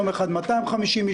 יום אחר אומרים להם: 250 איש,